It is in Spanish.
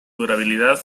durabilidad